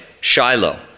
Shiloh